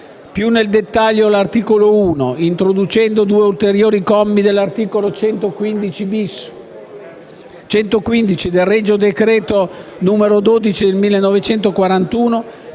Più nel dettaglio, l'articolo 1, introducendo due ulteriori commi all'articolo 115 del regio decreto n. 12 del 1941,